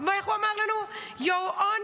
איך הוא אמר לנו (אומרת באנגלית,